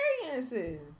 experiences